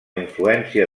influència